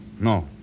No